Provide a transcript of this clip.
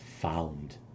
found